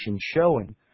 showing